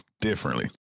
differently